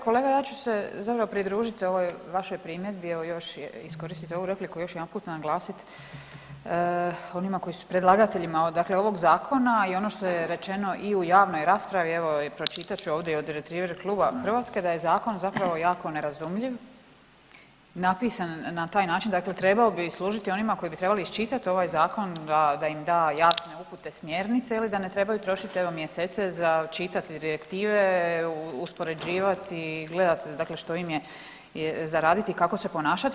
Kolega ja ću se zapravo pridružiti ovog vašoj primjedbi i evo još iskoristiti ovu repliku, još jedanput naglasit onima koji su predlagateljima dakle ovog zakona i ono što je rečeno i u javnoj raspravi, evo pročitat ću ovdje i od Retriver kluba Hrvatske, da je zakon zapravo jako nerazumljiv napisan na taj način, dakle trebao bi služiti onima koji bi iščitati ovaj zakon da im da jasne upute, smjernice evo i da ne trebaju trošiti evo mjeseca za čitati direktive, uspoređivati i gleda dakle što im je za raditi i kako se ponašati.